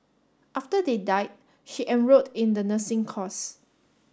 after they died she enrolled in the nursing course